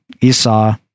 Esau